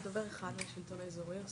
דוברת אחת מהשלטון האזורי.